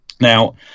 Now